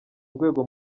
rwego